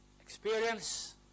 experience